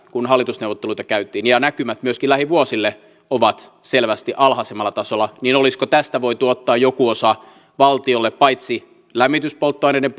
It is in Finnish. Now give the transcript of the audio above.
kun hallitusneuvotteluita käytiin ja näkymät myöskin lähivuosille ovat selvästi alhaisemmalla tasolla olisiko tästä voitu ottaa joku osa valtiolle paitsi lämmityspolttoaineiden